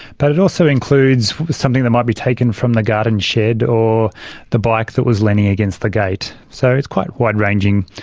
but it also includes something that might be taken from the garden shed or the bike that was leaning against the gate. so it's quite wide ranging.